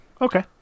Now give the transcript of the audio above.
Okay